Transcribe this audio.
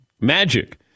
Magic